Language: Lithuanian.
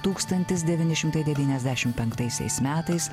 tūkstantis devyni šimtai devyniasdešimt penktaisiais metais